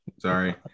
Sorry